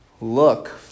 look